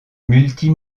multi